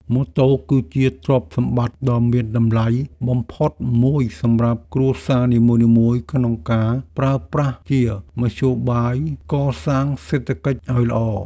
ម៉ូតូគឺជាទ្រព្យសម្បត្តិដ៏មានតម្លៃបំផុតមួយសម្រាប់គ្រួសារនីមួយៗក្នុងការប្រើប្រាស់ជាមធ្យោបាយកសាងសេដ្ឋកិច្ចឱ្យល្អ។